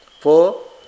Four